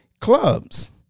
clubs